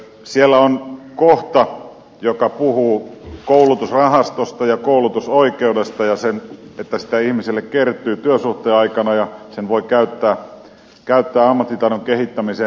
siellä on kohta joka puhuu koulutusrahastosta ja koulutusoikeudesta ja siitä että sitä ihmiselle kertyy työsuhteen aikana ja sen voi käyttää ammattitaidon kehittämiseen